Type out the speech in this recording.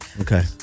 Okay